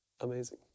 amazing